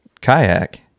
kayak